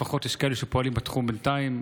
לפחות יש כאלה שפועלים בתחום בינתיים.